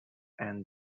and